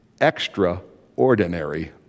extraordinary